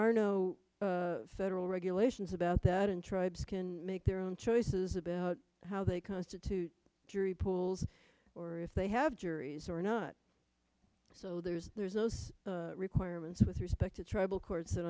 are no federal regulations about that and tribes can make their own choices about how they constitute jury pools or if they have juries or not so there's there's those requirements with respect to tribal courts